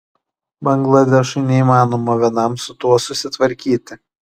bangladešui neįmanoma vienam su tuo susitvarkyti